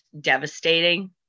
devastating